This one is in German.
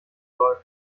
soll